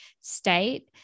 state